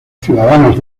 ciudadanos